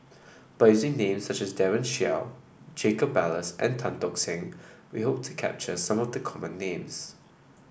by using names such as Daren Shiau Jacob Ballas and Tan Tock Seng we hope to capture some of the common names